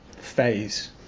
phase